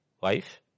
wife